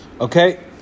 Okay